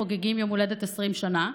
חוגגים יום הולדת 20 שנה,